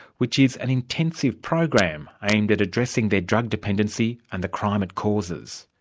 which is an intensive program aimed at addressing their drug dependency and the crime it causes.